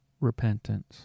repentance